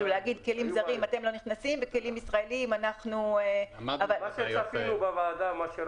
להגיד לכלים זרים אתם לא נכנסים וכלים ישראלים --- מה שעשינו בוועדה.